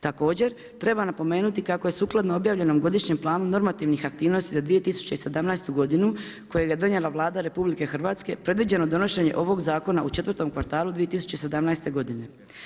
Također, treba napomenuti kako je sukladnom objavljenom godišnjem planu normativ aktivnosti za 2017. godinu, kojega je donijela Vlada RH, predviđeno donošenje ovog zakona u 4 kvartalu 2017. godine.